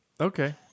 Okay